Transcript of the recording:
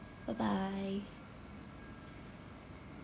bye bye